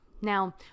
Now